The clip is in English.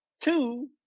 Two